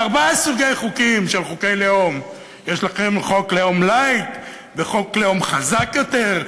ארבעה סוגים של חוקי לאום: יש לכם חוק לאום לייט וחוק לאום חזק יותר,